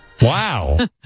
wow